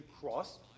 cross